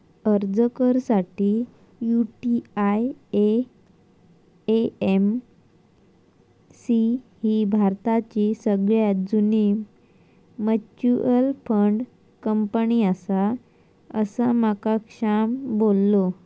अर्ज कर साठी, यु.टी.आय.ए.एम.सी ही भारताची सगळ्यात जुनी मच्युअल फंड कंपनी आसा, असा माका श्याम बोललो